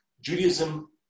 Judaism